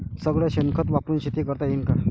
सगळं शेन खत वापरुन शेती करता येईन का?